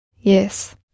Yes